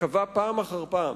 קבע פעם אחר פעם